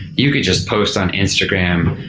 you could just post on instagram,